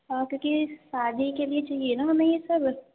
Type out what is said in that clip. ہاں کیونکہ شادی کے لیے چاہیے نا ہمیں یہ سب